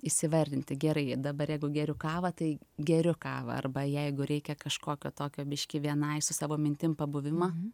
įsivertinti gerai dabar jeigu geriu kavą tai geriu kavą arba jeigu reikia kažkokio tokio biškį vienai su savo mintim pabuvimo